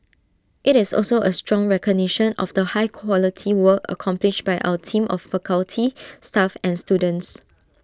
IT is also A strong recognition of the high quality work accomplished by our team of faculty staff and students